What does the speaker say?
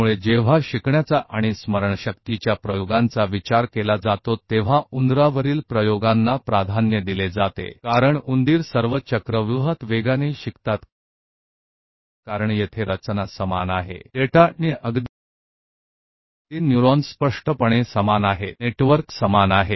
इसलिए जब सीखने और स्मृति प्रयोगों याद आती है तो चूहों पर प्रयोग अधिक पसंद किए जाते हैं क्योंकि चूहे सभी भूलभुलैया में तेजी से सीखते हैं क्योंकि यहां संरचना समान है डेटा और यहां तक कि न्यूरॉन्स भी समान हैं जाहिर है नेटवर्क एक ही है